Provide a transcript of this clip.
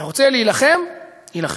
הרוצה להילחם, יילחם.